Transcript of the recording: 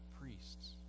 priests